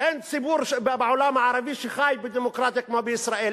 אין ציבור בעולם הערבי שחי בדמוקרטיה כמו בישראל.